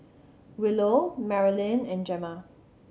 Willow Marylyn and Gemma